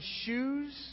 shoes